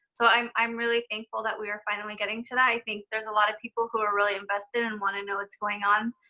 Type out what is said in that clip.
so i'm i'm really thankful that we are finally getting to that. i think there's a lot of people who are really invested and want to know what's going on.